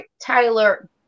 Tyler